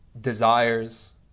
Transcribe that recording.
desires